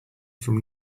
from